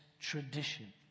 tradition